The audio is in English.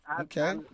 Okay